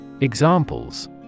Examples